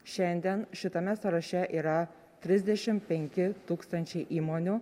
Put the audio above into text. šiandien šitame sąraše yra trisdešimt penki tūkstančiai įmonių